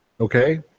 okay